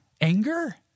anger